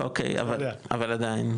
אוקי, אבל עדיין?